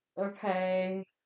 okay